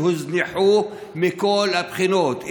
שהוזנחו מכל הבחינות,